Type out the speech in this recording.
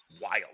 wild